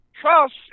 trust